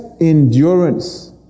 endurance